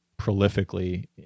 prolifically